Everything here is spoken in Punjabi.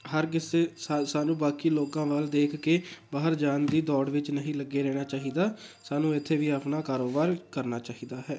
ਹਰ ਕਿਸੇ ਸਾ ਸਾਨੂੰ ਬਾਕੀ ਲੋਕਾਂ ਵੱਲ ਦੇਖ ਕੇ ਬਾਹਰ ਜਾਣ ਦੀ ਦੌੜ ਵਿੱਚ ਨਹੀਂ ਲੱਗੇ ਰਹਿਣਾ ਚਾਹੀਦਾ ਸਾਨੂੰ ਇੱਥੇ ਵੀ ਆਪਣਾ ਕਾਰੋਬਾਰ ਕਰਨਾ ਚਾਹੀਦਾ ਹੈ